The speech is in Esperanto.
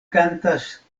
kantas